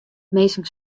minsken